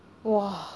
!wah!